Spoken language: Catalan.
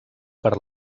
per